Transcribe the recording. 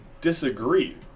disagree